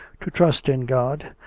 to trust in god,